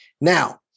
now